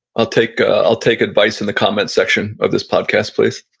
i'll take ah i'll take advice in the comment section of this podcast, please.